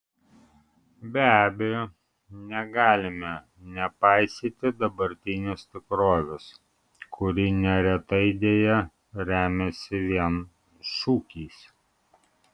be abejo negalime nepaisyti dabartinės tikrovės kuri neretai deja remiasi vien šūkiais